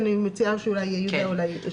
אני מציעה שיהודה מירון אולי ישלים.